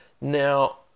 now